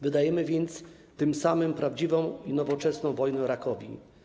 Wydajemy więc tym samym prawdziwą, nowoczesną wojnę rakowi.